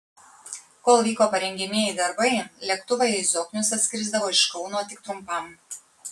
kol vyko parengiamieji darbai lėktuvai į zoknius atskrisdavo iš kauno tik trumpam